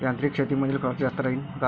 यांत्रिक शेतीमंदील खर्च जास्त राहीन का?